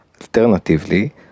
Alternatively